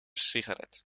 sigaret